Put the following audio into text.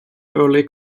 early